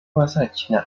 bazakina